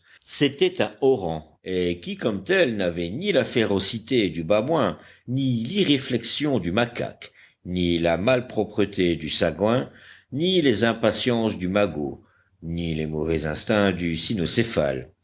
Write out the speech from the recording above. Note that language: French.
c'était un orang et qui comme tel n'avait ni la férocité du babouin ni l'irréflexion du macaque ni la malpropreté du sagouin ni les impatiences du magot ni les mauvais instincts du